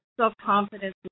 self-confidence